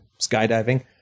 skydiving